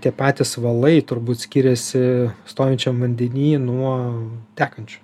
tie patys valai turbūt skiriasi stovinčiam vandeny nuo tekančių